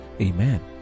Amen